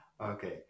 Okay